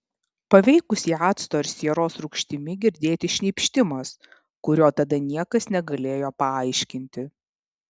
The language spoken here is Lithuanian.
paveikus ją acto ar sieros rūgštimi girdėti šnypštimas kurio tada niekas negalėjo paaiškinti